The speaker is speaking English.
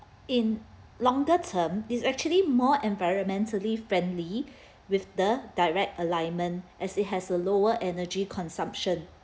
in longer term is actually more environmentally friendly with the direct alignment as it has a lower energy consumption